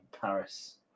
Paris